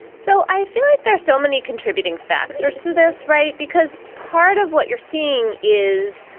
so i feel like there's so many contributing factors to this. right. because part of what you're seeing is,